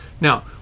Now